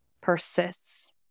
persists